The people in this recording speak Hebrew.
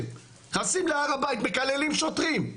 נכנסים להר הבית, מקללים שוטרים.